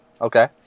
okay